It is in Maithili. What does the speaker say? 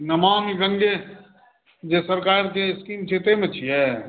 नमामि गङ्गे जे सरकारक जे स्कीम छियै ताहिमे छियै